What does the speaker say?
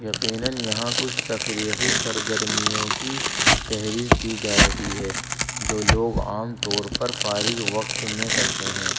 یقیناً یہاں کچھ تفریحی سرگرمیوں کی فہرست دی جا رہی ہے جو لوگ عام طور پر فارغ وقت میں کرتے ہیں